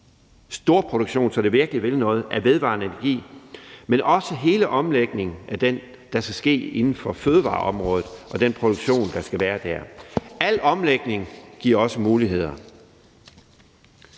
storproduktion, så det virkelig vil noget, af vedvarende energi, men også på hele omlægningen af det, der skal ske inden for fødevareområdet, og den produktion, der skal være der. Al omlægning giver også muligheder.